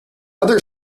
other